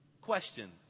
question